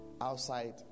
outside